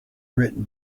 written